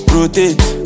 Rotate